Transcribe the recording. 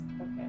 okay